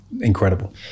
incredible